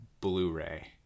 Blu-ray